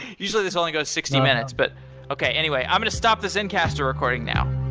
usually, this only goes sixty minutes. but okay. anyway, i'm going to stop the zencastr recording now